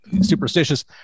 Superstitious